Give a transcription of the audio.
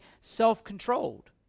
self-controlled